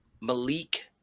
malik